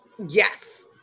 Yes